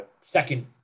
second